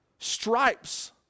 stripes